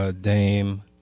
Dame